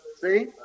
See